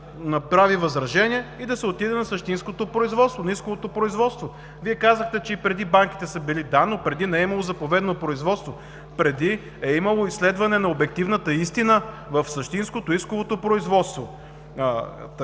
Вие казахте, че и преди банките са били. Да, но преди не е имало заповедно производство. Преди е имало изследване на обективната истина в същинското, исковото производство.